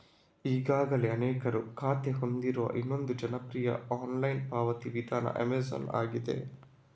ಈಗಾಗಲೇ ಅನೇಕರು ಖಾತೆ ಹೊಂದಿರುವ ಇನ್ನೊಂದು ಜನಪ್ರಿಯ ಆನ್ಲೈನ್ ಪಾವತಿ ವಿಧಾನ ಅಮೆಜಾನ್ ಆಗಿದೆ